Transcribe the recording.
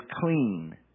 clean